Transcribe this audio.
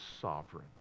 sovereign